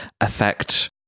affect